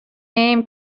name